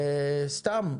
וסתם,